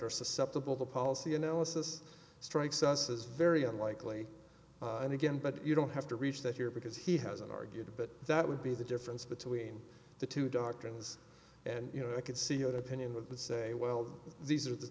are susceptible the policy analysis strikes us as very unlikely and again but you don't have to reach that here because he hasn't argued but that would be the difference between the two doctrines and you know i could see your opinion with the say well these are